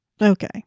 Okay